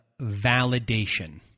validation